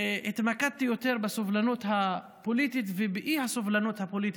התמקדתי יותר בסובלנות הפוליטית ובאי-סובלנות הפוליטית.